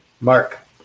Mark